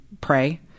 pray